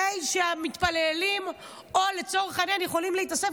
הרי שהמתפללים לצורך העניין יכולים להתאסף